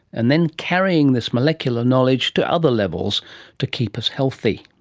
and then carrying this molecular knowledge to other levels to keep us healthy.